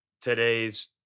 today's